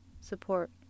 support